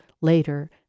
later